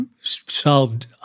solved